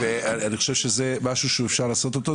אני חושב שזה משהו שאפשר לעשות אותו,